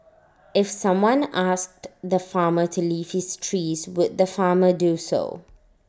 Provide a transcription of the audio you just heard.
if someone asked the farmer to leave his trees would the farmer do so